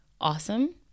awesome